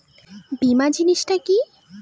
বীমা জিনিস টা কি?